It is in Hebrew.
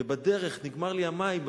ובדרך נגמרו לי המים.